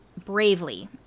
bravely